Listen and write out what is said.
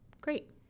Great